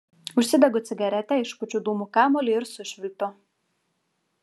užsidegu cigaretę išpučiu dūmų kamuolį ir sušvilpiu